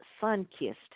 sun-kissed